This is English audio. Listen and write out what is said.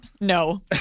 No